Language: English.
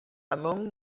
among